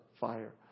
fire